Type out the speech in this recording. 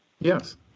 Yes